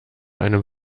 einem